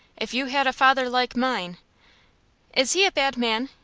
if you had a father like mine is he a bad man?